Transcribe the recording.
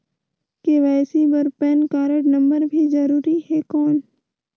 KYC बर PAN card number भी जरूरी हे कौन?